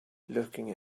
looking